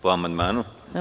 Po amandmanu?